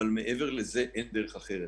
אבל מעבר לזה אין דרך אחרת.